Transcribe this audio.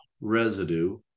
Residue